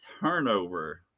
turnover